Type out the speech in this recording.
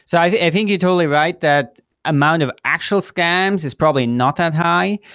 so i think you're totally right that amount of actual scams is probably not that high,